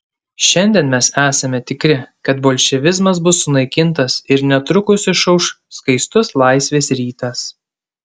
šiandien mes esame tikri kad bolševizmas bus sunaikintas ir netrukus išauš skaistus laisvės rytas